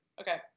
Okay